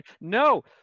no